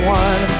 one